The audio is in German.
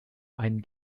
einen